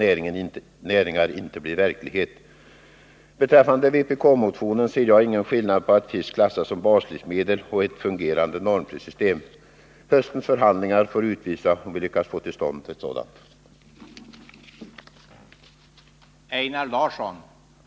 Med anledning av vpk-motionen vill jag säga att jag inte ser någon skillnad mellan en åtgärd innebärande att fisk klassas som baslivsmedel och ett införande av ett fungerande normprissystem. Höstens förhandlingar får utvisa om vi kan lyckas få till stånd ett sådant system.